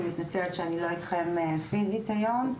אני מצטערת שאני לא נמצאת אתכם פיזית היום.